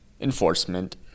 enforcement